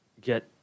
get